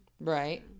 Right